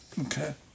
Okay